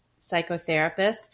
psychotherapist